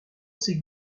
ses